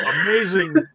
amazing